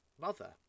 mother